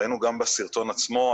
ראינו גם בסרטון עצמו,